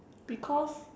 because